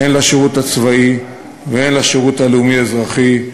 הן לשירות הצבאי והן לשירות הלאומי-אזרחי,